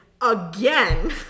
again